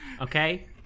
Okay